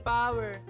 Power